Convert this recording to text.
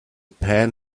pan